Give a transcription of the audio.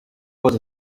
was